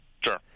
Sure